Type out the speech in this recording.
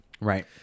right